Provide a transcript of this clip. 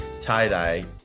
tie-dye